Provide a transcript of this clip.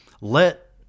let